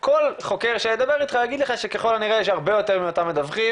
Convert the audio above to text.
כל חוקר שידבר איתך יגיד לך שככל הנראה יש הרבה יותר מאותם מדווחים,